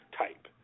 type